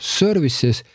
services